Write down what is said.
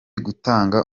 gutanga